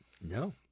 No